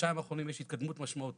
בחודשיים האחרונים יש התקדמות משמעותית.